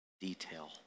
detail